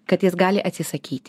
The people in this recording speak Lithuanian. kad jis gali atsisakyt